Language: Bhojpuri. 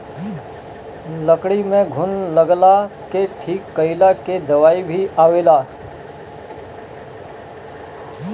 लकड़ी में घुन लगला के ठीक कइला के दवाई भी आवेला